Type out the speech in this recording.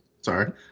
sorry